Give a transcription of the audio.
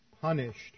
punished